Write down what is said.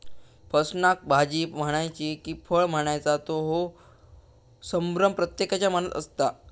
फणसाक भाजी म्हणायची कि फळ म्हणायचा ह्यो संभ्रम प्रत्येकाच्या मनात असता